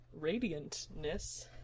Radiantness